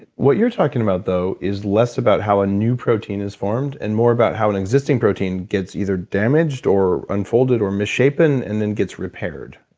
what you're talking about though is less about how a new protein is formed and more about how an existing protein gets either damaged or unfolded, or misshapen and then gets repaired,